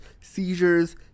seizures